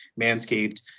manscaped